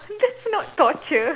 that's not torture